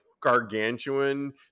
gargantuan